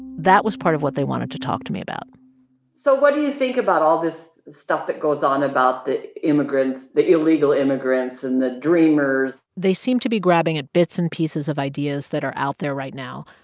that was part of what they wanted to talk to me about so what do you think about all this stuff that goes on about the immigrants, the illegal immigrants and the dreamers? they seemed to be grabbing at bits and pieces of ideas that are out there right now,